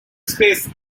space